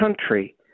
country